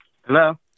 Hello